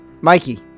Mikey